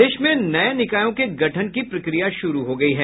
प्रदेश में नये निकायों के गठन की प्रक्रिया शुरू हो गयी है